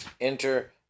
enter